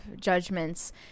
judgments